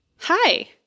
Hi